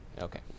okay